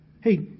Hey